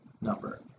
number